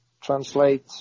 translate